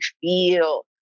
feel